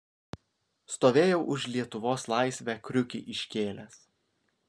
stovėjau už lietuvos laisvę kriukį iškėlęs